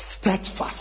steadfast